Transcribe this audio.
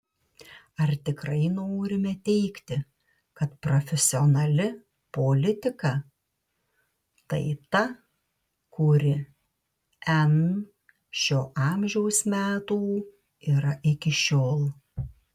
ar tikrai norime teigti kad profesionali politika tai ta kuri n šio amžiaus metų yra iki šiol